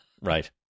Right